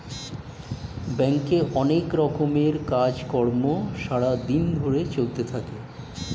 ব্যাংকে অনেক রকমের কাজ কর্ম সারা দিন ধরে চলতে থাকে